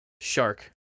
shark